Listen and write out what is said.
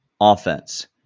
offense